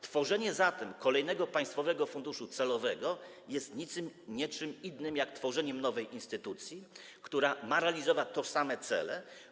Tworzenie kolejnego państwowego funduszu celowego jest niczym innym, jak tworzeniem nowej instytucji, która ma realizować tożsame cele.